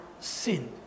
sin